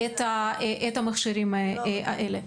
את המכשירים האלה.